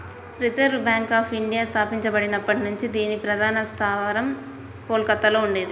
reserve bank of ఇండియాని స్థాపించబడినప్పటి నుంచి దీని ప్రధాన స్థావరం కోల్కతలో ఉండేది